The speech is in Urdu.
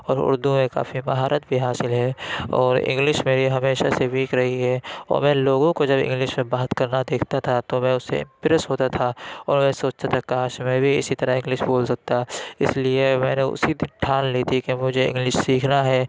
اور اُردو میں کافی مہارت بھی حاصل ہے اور انگلش میری ہمیشہ سے ویک رہی ہے اور میں لوگوں کو جب انگلش میں بات کرنا دیکھتا تھا تو میں اُس سے امپریس ہوتا تھا اور میں سوچتا تھا کاش میں بھی اِسی طرح انگلش بول سکتا اِس لیے میں نے اُسی دِن ٹھان لی تھی کہ مجھے انگلس سیکھنا ہے